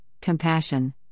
compassion